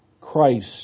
Christ